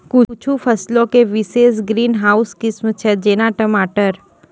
कुछु फसलो के विशेष ग्रीन हाउस किस्म छै, जेना टमाटर